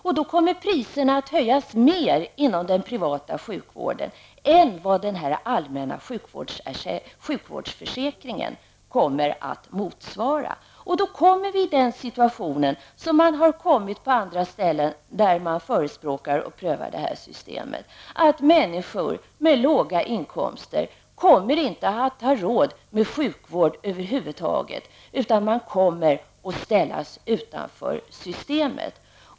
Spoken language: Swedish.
Och då kommer priserna att höjas mer inom den privata sjukvården än vad den allmänna sjukvårdsförsäkringen kommer att motsvara, och då hamnar vi i den situation som man har hamnat i på andra ställen där man förespråkar och prövar det här systemet, nämligen att människor med låga inkomster inte kommer att ha råd med sjukvård över huvud taget; de kommer att ställas utanför systemet.